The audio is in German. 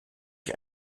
ich